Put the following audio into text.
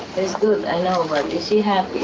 it's good, i know, but is she happy